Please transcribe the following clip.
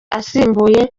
asimbuye